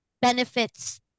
benefits